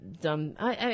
dumb